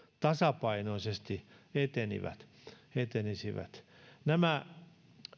tasapainoisesti etenisivät nämä